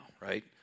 right